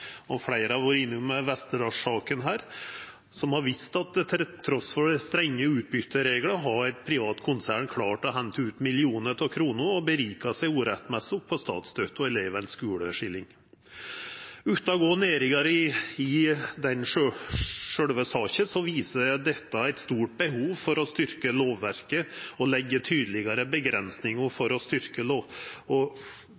Fleire har vore innom Westerdals-saka, som har vist at trass i strenge utbytereglar har eit privat konsern klart å henta ut millionar av kroner og med urette gjort seg rik på statsstøtte og elevane sine skuleskillingar. Utan å gå nærare inn i sjølve saka viser dette eit stort behov for å styrkja lovverket og leggja tydelegare